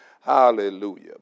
hallelujah